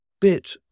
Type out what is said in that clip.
bit